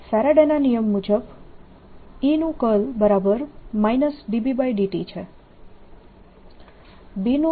Faraday ના નિયમ મુજબ E Bt છે